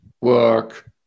work